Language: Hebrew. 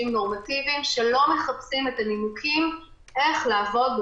נורמטיביים שלא מחפשים את הנימוקים איך לעבוד,